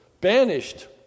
banished